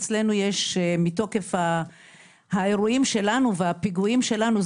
אצלנו מתוקף האירועים שלנו והפיגועים שלנו,